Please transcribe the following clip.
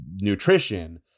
nutrition